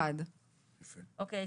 הצבעה בעד,